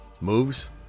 Moves